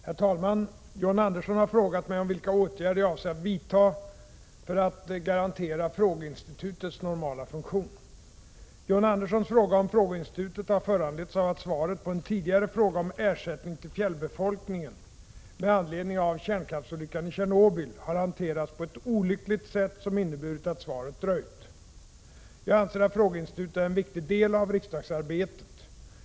Herr talman! John Andersson har frågat mig om vilka åtgärder jag avser att vidta för att garantera frågeinstitutets normala funktion. John Anderssons fråga om frågeinstitutet har föranletts av att svaret på en tidigare fråga om ersättning till fjällbefolkningen med anledning av kärnkraftsolyckan i Tjernobyl har hanterats på ett olyckligt sätt som inneburit att svaret dröjt. Jag anser att frågeinstitutet är en viktig del av riksdagsarbetet.